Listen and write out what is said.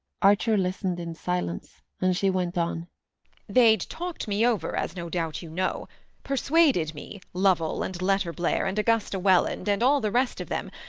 archer listened in silence, and she went on they'd talked me over, as no doubt you know persuaded me, lovell, and letterblair, and augusta welland, and all the rest of them,